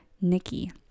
Nikki